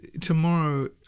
Tomorrow